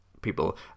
people